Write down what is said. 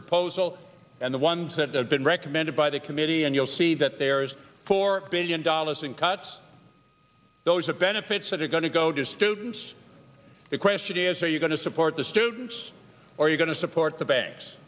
proposal and the ones that have been recommended by the committee and you'll see that there's four billion dollars in cuts those are benefits that are going to go to students the question is are you going to support the students or are you going to support the ba